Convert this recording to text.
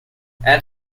add